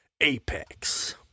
Apex